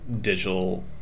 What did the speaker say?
digital